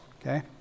okay